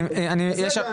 אני רוצה.